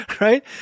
Right